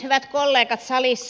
hyvät kollegat salissa